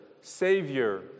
Savior